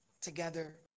together